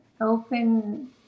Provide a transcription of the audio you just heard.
open